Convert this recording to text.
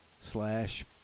slash